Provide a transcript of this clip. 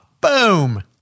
Boom